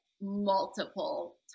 multiple